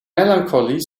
melancholy